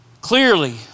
clearly